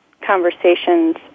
conversations